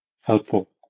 helpful